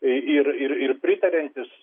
ir ir ir pritariantys